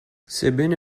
sebbene